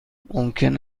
ممکن